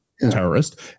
Terrorist